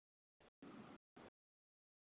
हा but super fast में आ इयो